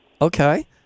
Okay